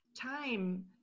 time